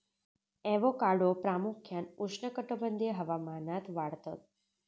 avocado प्रामुख्यान उष्णकटिबंधीय हवामानात वाढतत